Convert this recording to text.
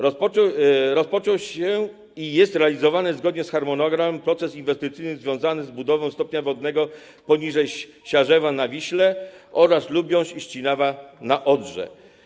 Rozpoczął się i jest realizowany zgodnie z harmonogramem proces inwestycyjny związany z budową stopnia wodnego poniżej Siarzewa na Wiśle oraz Lubiąż i Ścinawa na Odrze.